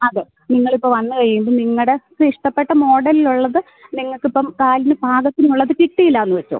അതെ നിങ്ങൾ ഇപ്പം വന്ന് കഴിയുമ്പം നിങ്ങളുടെ ഇഷ്ടപ്പെട്ട മോഡലിലുള്ളത് നിങ്ങൾക്ക് ഇപ്പം കാലിന് പാദത്തിനുള്ളത് കിട്ടിയില്ല എന്ന് വെച്ചോ